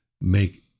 Make